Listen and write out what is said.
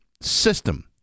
system